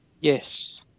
Yes